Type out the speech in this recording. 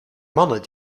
mannen